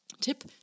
Tip